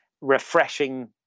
refreshing